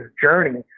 journey